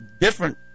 different